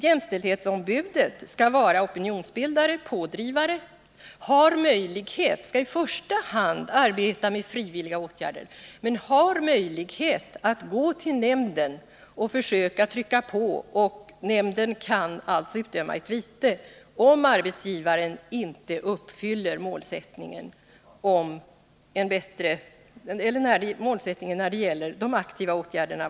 Jämställdhetsombudet skall vara opinionsbildare och pådrivare och skall i första hand arbeta med frivilliga åtgärder men också ha möjlighet att vända sig till nämnden för att försöka trycka på i olika frågor. Nämnden skall kunna utdöma ett vite om arbetsgivaren inte försöker uppfylla syftet med de aktiva åtgärderna.